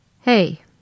Hey